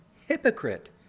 Hypocrite